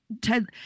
Ted